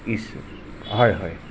ইছ হয় হয়